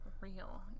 real